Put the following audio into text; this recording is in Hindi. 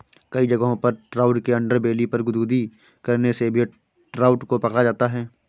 कई जगहों पर ट्राउट के अंडरबेली पर गुदगुदी करने से भी ट्राउट को पकड़ा जाता है